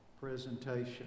presentation